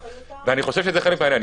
אני חושב שזה חלק מהעניין.